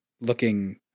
looking